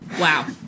wow